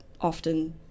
often